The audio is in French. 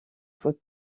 faut